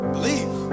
Believe